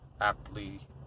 aptly